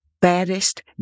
baddest